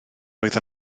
roedd